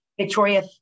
Victoria